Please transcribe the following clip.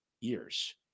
years